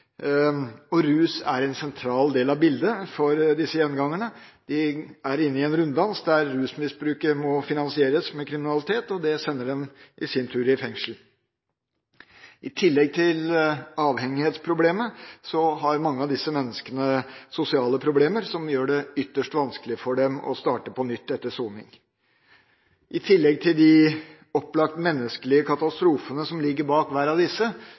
og rus er en sentral del av bildet for disse gjengangerne. De er inne i en runddans der rusmisbruket må finansieres med kriminalitet, og det sender dem i sin tur i fengsel. I tillegg til avhengighetsproblemet har mange av disse menneskene sosiale problemer som gjør det ytterst vanskelig for dem å starte på nytt etter soning. I tillegg til de opplagt menneskelige katastrofene som ligger bak hver av disse,